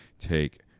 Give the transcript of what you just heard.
take